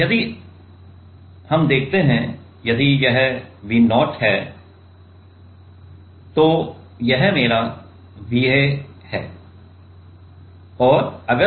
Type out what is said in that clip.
यदि हां तो देखते हैं यदि यह V0 है तो यदि यह मेरा Va है फिर